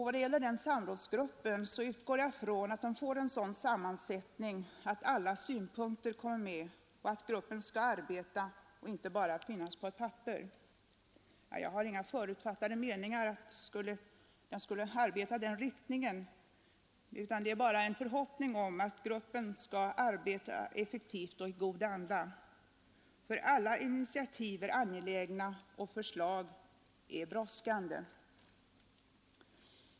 Jag utgår ifrån att den gruppen får en sådan sammansättning att alla synpunkter kommer med — och att den skall arbeta, inte bara finnas på ett papper. Jag har inga förutfattade meningar i den riktningen, utan det är bara min förhoppning att gruppen skall arbeta effektivt och i god anda. Alla initiativ är angelägna och förslag är brådskande.